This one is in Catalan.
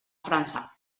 frança